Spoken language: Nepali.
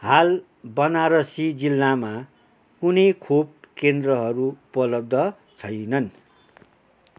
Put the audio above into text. हाल वाराणसी जिल्लामा कुनै खोप केन्द्रहरू उपलब्ध छैनन्